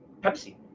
Pepsi